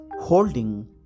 holding